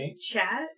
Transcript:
chat